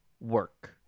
work